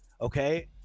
okay